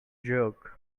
jerk